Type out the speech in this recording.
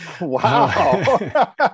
Wow